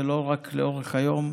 זה לא רק לאורך היום: